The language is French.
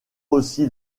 aussi